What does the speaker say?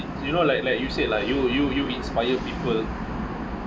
you know like like you said lah you you you inspire people